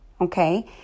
okay